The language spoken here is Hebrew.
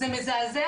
זה מזעזע,